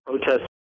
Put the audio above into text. protest